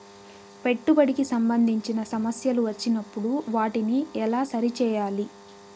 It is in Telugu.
పెట్టుబడికి సంబంధించిన సమస్యలు వచ్చినప్పుడు వాటిని ఎలా సరి చేయాలి?